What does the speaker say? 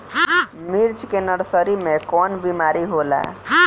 मिर्च के नर्सरी मे कवन बीमारी होला?